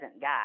guy